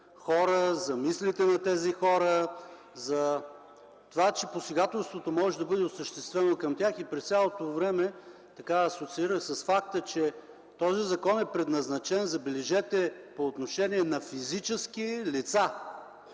за мислите на тези хора, за това, че към тях може да бъде осъществено посегателство. През цялото време го асоциирах с факта, че този закон е предназначен, забележете, по отношение на физически лица,